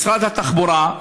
משרד התחבורה,